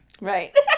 right